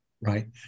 right